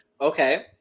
Okay